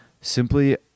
simply